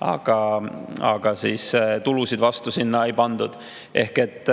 aga tulusid vastu sinna ei pandud. Vahest